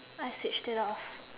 I switched it off